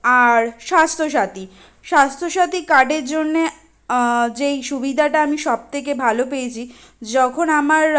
আর স্বাস্থ্য সাথী স্বাস্থ্য সাথী কার্ডের জন্যে যেই সুবিদাটা আমি সবথেকে ভালো পেয়েছি যখন আমার